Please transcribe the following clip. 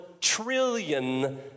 trillion